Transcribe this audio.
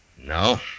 No